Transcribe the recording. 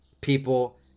people